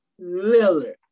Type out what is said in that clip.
Lillard